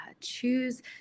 Choose